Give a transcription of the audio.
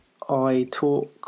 iTalk